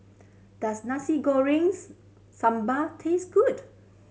does nasi gorengs sambal taste good